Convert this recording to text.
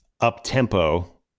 up-tempo